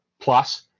Plus